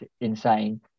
insane